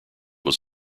was